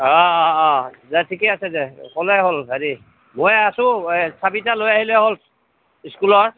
অঁ অঁ অঁ দে ঠিকে আছে দে ক'লেই হ'ল হেৰি মই আছোঁ এই চাবি টা লৈ আহিলে হ'ল স্কুলৰ